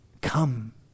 Come